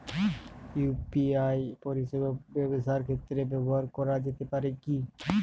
UPI পরিষেবা ব্যবসার ক্ষেত্রে ব্যবহার করা যেতে পারে কি?